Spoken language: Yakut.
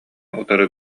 утары